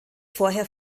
vorher